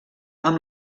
amb